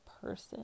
person